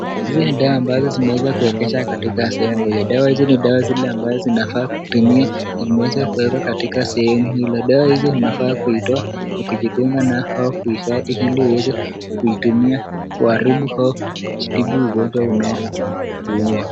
Hizi ni dawa ambazo zimeweza kuwekwa katika sehemu moja, dawa hizi ni dawa zile ambazo zinafaa kupimiwa zimeweza kuwekwa katika ile, dawa hizi unafaa kuitoa na kujidunga nayo au kuifadhi ili uweze kuitumia kuharibu au kujitibu ugonjwa unaokuua